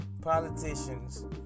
politicians